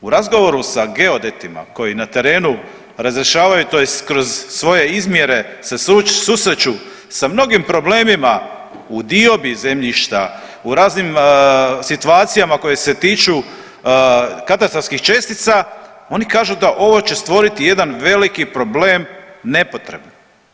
U razgovoru sa geodetima koji na terenu razrješavaju tj. kroz svoje izmjere se susreću sa mnogim problemima u diobi zemljišta, u raznim situacijama koje se tiču katastarskih čestica, oni kažu da ovo će stvoriti jedan veliki problem nepotrebno.